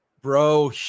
Bro